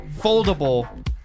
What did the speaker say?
foldable